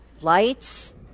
lights